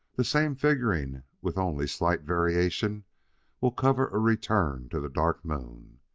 the same figuring with only slight variation will cover a return to the dark moon.